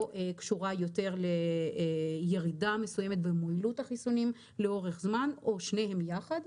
או קשורה יותר לירידה מסוימת במועילות החיסונים לאורך זמן או שניהם יחד,